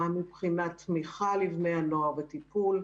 אם מבחינת תמיכה לבני הנוער וטיפול.